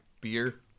beer